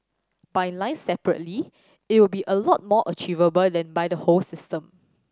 by line separately it'll be a lot more achievable than by the whole system